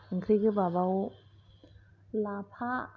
ओंख्रि गोबाबाव लाफा